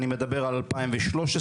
אני מדבר על 2013,